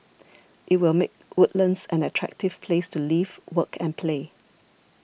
it will make Woodlands an attractive place to live work and play